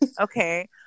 okay